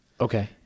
okay